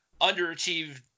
underachieved –